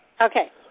Okay